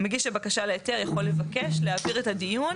מגיש הבקשה להיתר יכול לבקש להעביר את הדיון